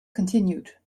continued